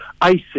isis